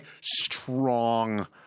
strong